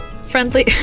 Friendly